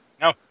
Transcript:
No